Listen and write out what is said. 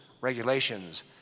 regulations